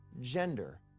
gender